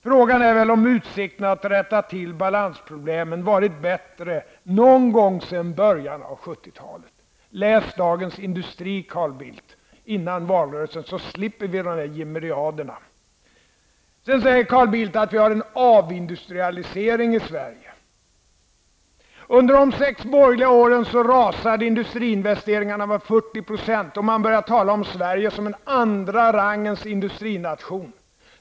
- Frågan är väl om utsikterna att rätta till balansproblemen varit bättre någon gång sedan början av 1970 Läs Dagens Industri innan valrörelsen börjar, Carl Bildt, så slipper vi de där jeremiaderna! Sedan säger Carl Bildt att vi har en avindustrialisering i Sverige. Under de sex borgerliga regeringsåren rasade industriinvesteringarna med 40 %, och man började tala om Sverige som en andra rangens industrination.